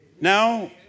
Now